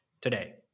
today